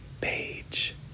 Page